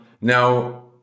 now